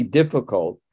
difficult